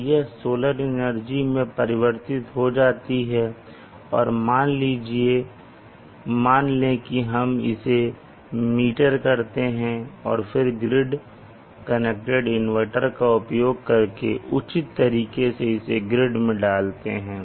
तो यह solar energy बिजली में परिवर्तित हो जाती है और मान लें कि हम इसे मीटर करते हैं और फिर ग्रिड कनेक्टेड इनवर्टर का उपयोग करके उचित तरीके से इसे ग्रिड में डालते हैं